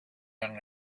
young